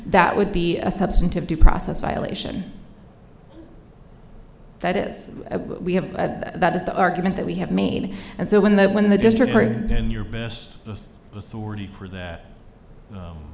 that would be a substantive due process violation that is we have that is the argument that we have made and so when the when the district three in you